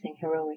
heroic